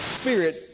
spirit